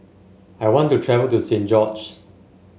I want to travel to Saint George's